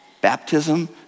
Baptism